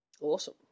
Awesome